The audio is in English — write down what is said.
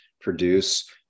produce